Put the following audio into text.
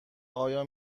آیا